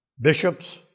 bishops